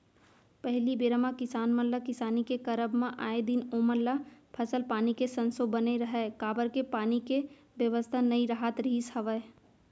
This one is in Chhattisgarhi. पहिली बेरा म किसान मन ल किसानी के करब म आए दिन ओमन ल फसल पानी के संसो बने रहय काबर के पानी के बेवस्था नइ राहत रिहिस हवय